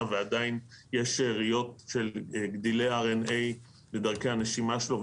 ועדיין יש שאריות של גדילי ה-RNA בדרכי הנשימה שלו,